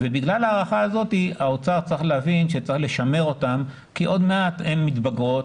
ובגלל ההערכה הזאת האוצר צריך להבין שצריך לשמר אותן כי הן מתבגרות,